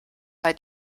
bei